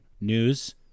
news